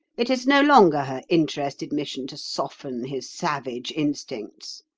it is no longer her interested mission to soften his savage instincts.